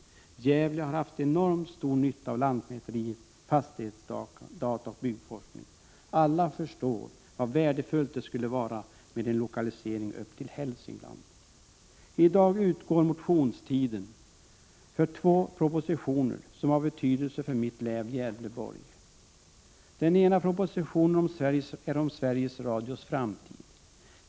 I Gävle har man haft enormt stor nytta av lantmäteriet, .| fastighetsdatan och byggforskningen. Alla förstår hur värdefullt det skulle: vara med en lokalisering av verksamheter upp till Hälsingland. | I dag utgår motionstiden när det gäller två propositioner som har betydelse för mitt län, alltså för Gävleborgs län. Den ena propositionen handlar om || Sveriges Radios framtid.